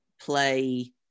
play